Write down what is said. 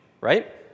right